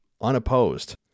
unopposed